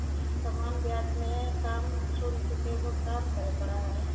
सामान्य ब्याज में कम शुल्क के भुगतान करे पड़ऽ हई